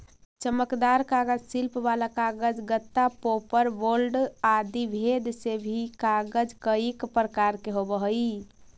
चमकदार कागज, शिल्प वाला कागज, गत्ता, पोपर बोर्ड आदि भेद से भी कागज कईक प्रकार के होवऽ हई